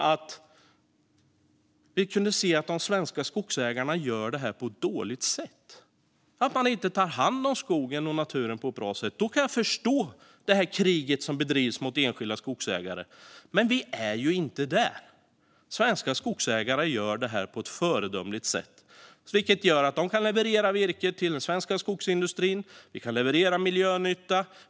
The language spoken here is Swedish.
Om vi hade kunnat se att de svenska skogsägarna gör detta på ett dåligt sätt - att de inte tar hand om skogen och naturen på ett bra sätt - hade jag kunnat förstå det krig som bedrivs mot enskilda skogsägare, men vi är ju inte där. Svenska skogsägare gör detta på ett föredömligt sätt, vilket gör att de kan leverera virke till den svenska skogsindustrin. Vi kan leverera miljönytta.